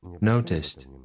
noticed